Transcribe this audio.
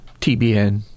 TBN